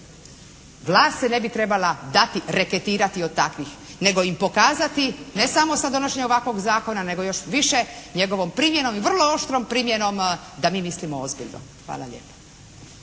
Vlast se ne bi trebala dati reketirati od takvih, nego im pokazati, ne samo sa donošenjem ovakvog zakona nego još više njegovom primjenom i vrlo oštrom primjenom da mi mislimo ozbiljno. Hvala lijepa.